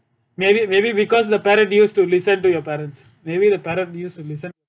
maybe maybe because the parrot used to listen to your parents maybe the parrot used to listen